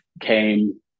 came